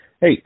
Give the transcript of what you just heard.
Hey